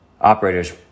operators